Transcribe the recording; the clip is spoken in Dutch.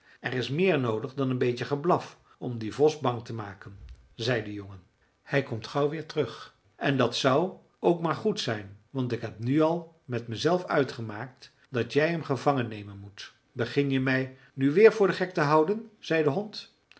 er is meer noodig dan een beetje geblaf om dien vos bang te maken zei de jongen hij komt gauw weer terug en dat zou ook maar goed zijn want ik heb nu al met mezelf uitgemaakt dat jij hem gevangen nemen moet begin je mij nu weer voor den gek te houden zei de hond